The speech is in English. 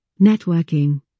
Networking